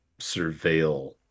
surveil